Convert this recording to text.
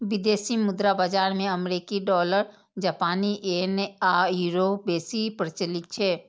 विदेशी मुद्रा बाजार मे अमेरिकी डॉलर, जापानी येन आ यूरो बेसी प्रचलित छै